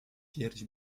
pierś